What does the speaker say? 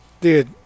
dude